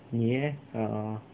你 leh err